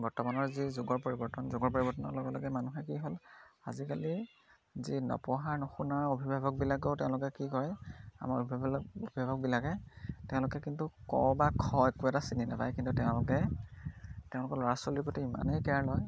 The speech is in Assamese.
বৰ্তমানৰ যি যুগৰ পৰিৱৰ্তন যুগৰ পৰিৱৰ্তনৰ লগে লগে মানুহে কি হ'ল আজিকালি যি নপঢ়া নুশুনা অভিভাৱকবিলাকেও তেওঁলোকে কি কৰে আমাৰ অভিভাৱক অভিভাৱকবিলাকে তেওঁলোকে কিন্তু ক বা খ একো এটা চিনি নাপায় কিন্তু তেওঁলোকে তেওঁলোকৰ ল'ৰা ছোৱালীৰ প্ৰতি ইমানেই কেয়াৰ লয়